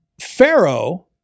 Pharaoh